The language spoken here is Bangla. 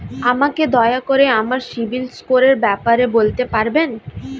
আমাকে দয়া করে আমার সিবিল স্কোরের ব্যাপারে বলতে পারবেন?